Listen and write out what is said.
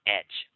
edge